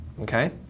Okay